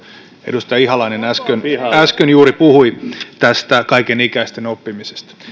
edustaja ihalainen äsken juuri puhui tästä kaikenikäisten oppimisesta